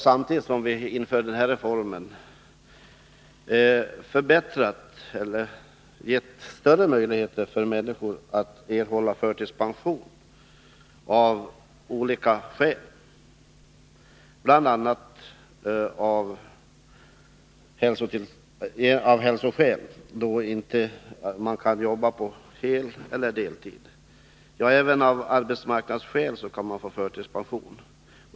Samtidigt som vi införde den här reformen gav vi större möjligheter för människor att av olika skäl erhålla förtidspension, bl.a. hälsoskäl. Även av arbetsmarknadsskäl kan man få förtidspension.